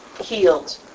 healed